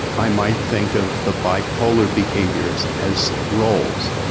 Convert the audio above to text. i might think of the bipolar behaviours as roles.